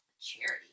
charity